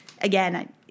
again